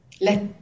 Let